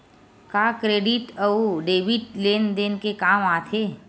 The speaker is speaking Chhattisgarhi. का क्रेडिट अउ डेबिट लेन देन के काम आथे?